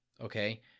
Okay